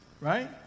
right